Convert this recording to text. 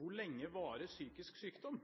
Hvor lenge varer psykisk sykdom?